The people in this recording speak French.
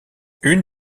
une